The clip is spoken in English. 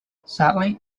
sadly